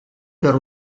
per